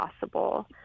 possible